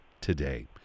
today